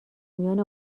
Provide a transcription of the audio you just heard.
میان